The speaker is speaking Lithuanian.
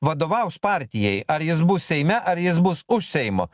vadovaus partijai ar jis bus seime ar jis bus už seimo